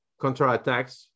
counterattacks